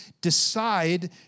decide